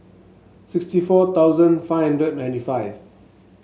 sixty four thousand five hundred ninety five